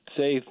say